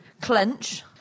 Clench